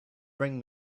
bring